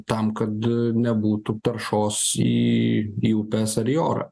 tam kad nebūtų taršos į į upes ar į orą